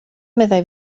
meddai